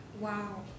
Wow